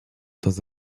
dans